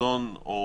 מזון או